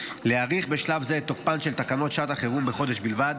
להאריך בשלב זה את תוקפן של תקנות שעת החירום בחודש בלבד,